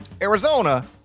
Arizona